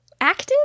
active